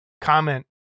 comment